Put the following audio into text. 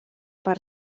per